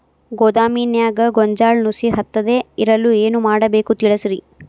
ಗೋದಾಮಿನ್ಯಾಗ ಗೋಂಜಾಳ ನುಸಿ ಹತ್ತದೇ ಇರಲು ಏನು ಮಾಡಬೇಕು ತಿಳಸ್ರಿ